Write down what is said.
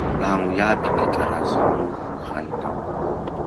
Volagno iaby gny karaza mofo hainao.